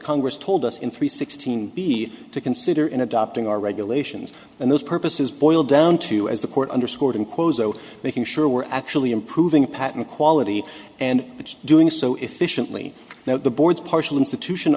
congress told us in three sixteen b to consider in adopting our regulations and those purposes boil down to as the court underscored and closer to making sure we're actually improving patent quality and doing so efficiently now the board's partial institution